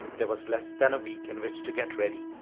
there was less than a week in which to get ready,